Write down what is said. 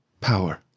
power